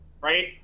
Right